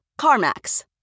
CarMax